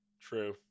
True